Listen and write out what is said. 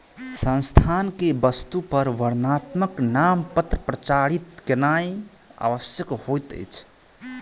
संस्थान के वस्तु पर वर्णात्मक नामपत्र प्रचारित केनाई आवश्यक होइत अछि